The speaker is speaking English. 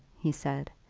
he said.